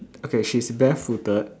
okay she's barefooted